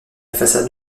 façade